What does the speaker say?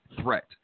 threat